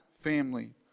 family